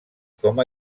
com